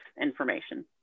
information